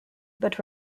but